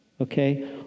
okay